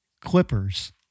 Clippers